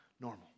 normal